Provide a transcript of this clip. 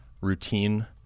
routine